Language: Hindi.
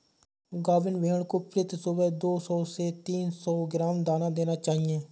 गाभिन भेड़ को प्रति सुबह दो सौ से तीन सौ ग्राम दाना देना चाहिए